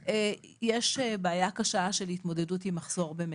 יש בעיה קשה של התמודדות עם מחסור במטפלות.